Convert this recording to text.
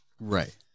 Right